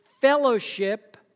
fellowship